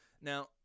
Now